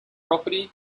property